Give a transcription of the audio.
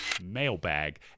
mailbag